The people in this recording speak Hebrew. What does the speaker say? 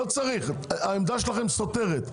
לא צריך, העמדה שלכם סותרת.